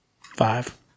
Five